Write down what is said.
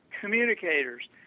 communicators